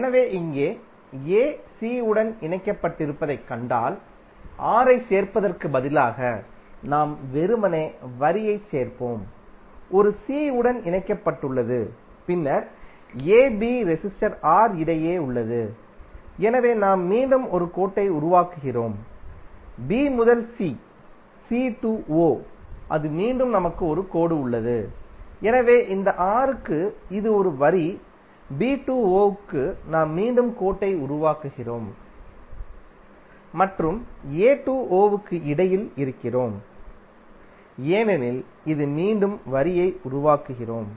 எனவே இங்கே a c உடன் இணைக்கப்பட்டிருப்பதைக் கண்டால் R ஐ சேர்ப்பதற்கு பதிலாக நாம் வெறுமனே வரியைச் சேர்ப்போம் ஒரு c உடன் இணைக்கப்பட்டுள்ளது பின்னர் ab ரெசிஸ்டர் R இடையே உள்ளது எனவே நாம் மீண்டும் ஒரு கோட்டை உருவாக்குகிறோம் b முதல் c c to o அது மீண்டும் நமக்கு ஒரு கோடு உள்ளது எனவே இந்த R க்கு இது ஒரு வரி b to o க்கு நாம் மீண்டும் கோட்டை உருவாக்குகிறோம் மற்றும் a to o க்கு இடையில் இருக்கிறோம் ஏனெனில் இது மீண்டும் வரியை உருவாக்குகிறோம்